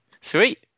sweet